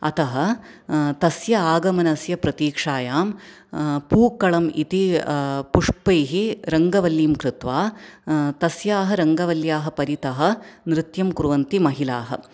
अतः तस्य आगमनस्य प्रतीक्षायां पूक्कळम् इति पुष्पैः रङ्गवल्लीं कृत्वा तस्याः रङ्गवल्याः परितः नृत्यं कुर्वन्ति महिलाः